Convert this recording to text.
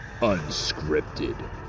unscripted